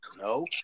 No